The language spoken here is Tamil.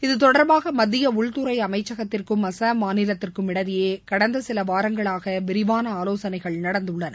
இதுதொடர்பாக மத்திய உள்துறை அமைச்சகத்திற்கும் அஸ்ஸாம் மாநிலத்திற்கும் இடையே கடந்த விரிவான ஆலோசனைகள் நடந்துள்ளன